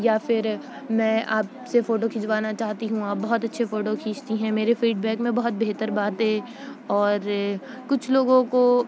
یا پھر میں آپ سے فوٹو کھینچوانا چاہتی ہوں آپ بہت اچھے فوٹو کھینچتی ہیں میرے فیڈبیک میں بہت بہتر باتیں اور کچھ لوگوں کو